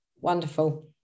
wonderful